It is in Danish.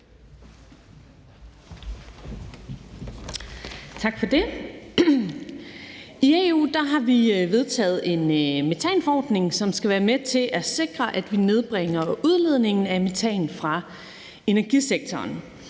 I EU har vi vedtaget en metanforordning, som skal være med til at sikre, at vi nedbringer udledningen af metan fra energisektoren.